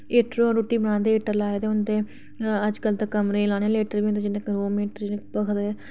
heater पर रुट्टी बनांदे अगर हीटर लाए दे होन ते अजकल ते कमरें च हीटर लाने आह्ले बी होंदे जेह्दे कन्नै कमरे भखदे